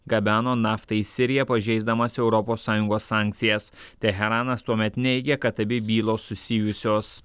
gabeno naftą į siriją pažeisdamas europos sąjungos sankcijas teheranas tuomet neigė kad abi bylos susijusios